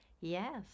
Yes